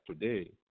today